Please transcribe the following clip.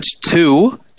two